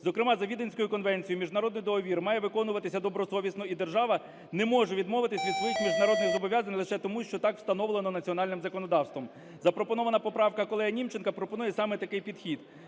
Зокрема за Віденською конвенцією міжнародний договір має виконуватися добросовісно, і держава не може відмовитись від своїх міжнародних зобов'язань лише тому, що так встановлено національним законодавством. Запропонована поправка колеги Німченка пропонує саме такий підхід.